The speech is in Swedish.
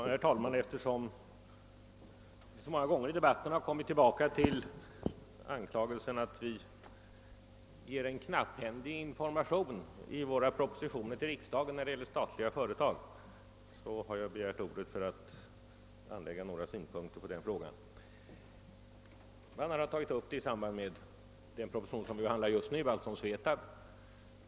Herr talman! Eftersom man så många gånger i debatten kommit tillbaka till anklagelsen att vi ger en knapphändig information i våra propositioner till riksdagen när det gäller statliga företag har jag begärt ordet för att anföra några synpunkter på den frågan. Man har tagit upp saken i samband med den proposition som vi nu behandlar, alltså om SVETAB.